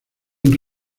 buen